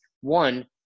One